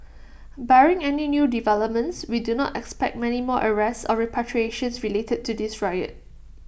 barring any new developments we do not expect many more arrests or repatriations related to this riot